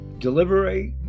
Deliberate